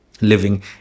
living